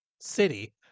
City